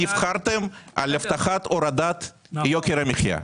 נבחרתם על הבטחת הורדת יוקר המחיה.